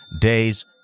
days